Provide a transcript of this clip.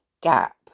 gap